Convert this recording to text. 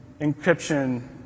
encryption